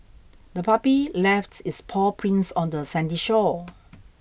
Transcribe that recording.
the puppy left its paw prints on the sandy shore